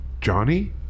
Johnny